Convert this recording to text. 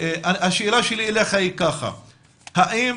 השאלה שלי אליך, האם